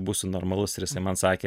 būsiu normalus ir jisai man sakė